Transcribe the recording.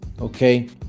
okay